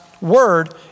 word